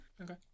okay